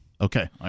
Okay